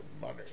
money